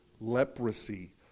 leprosy